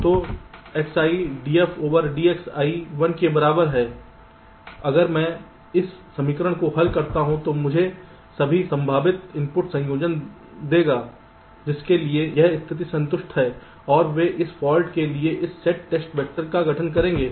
तो Xi df dXi 1 के बराबर है अगर मैं इस समीकरण को हल करता हूं तो यह मुझे सभी संभावित इनपुट संयोजन देगा जिसके लिए यह स्थिति संतुष्ट है और वे इस फाल्ट के लिए इस सेट टेस्ट वैक्टर का गठन करेंगे